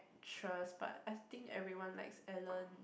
sure but I think everyone likes Ellen